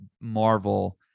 Marvel